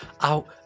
out